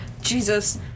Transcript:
Jesus